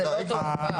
זה משהו אחר.